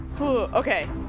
Okay